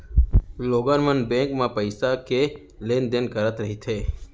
लोगन मन बेंक म पइसा के लेन देन करत रहिथे